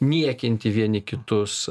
niekinti vieni kitus